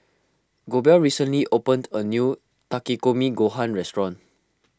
Goebel recently opened a new Takikomi Gohan restaurant